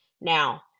Now